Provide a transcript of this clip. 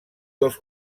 dels